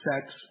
sex